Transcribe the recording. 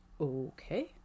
Okay